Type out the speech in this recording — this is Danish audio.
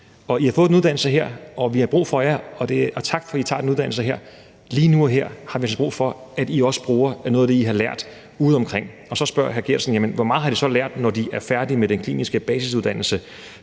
I har fået den uddannelse her, og vi har brug for jer, og tak for, at I tager den uddannelse her, men lige nu og her har vi altså brug for, at I også bruger noget af det, I har lært, udeomkring. Og så spørger hr. Martin Geertsen om, hvor meget de så har lært, når de er færdige med den kliniske basisuddannelse,